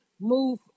move